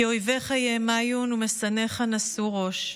כי אויביך יהמיון ומשנאיך נשאו ראש,